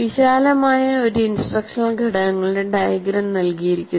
വിശാലമായ ഒരു ഇൻസ്ട്രക്ഷണൽ ഘടകങ്ങളുടെ ഡയഗ്രം നൽകിയിരിക്കുന്നു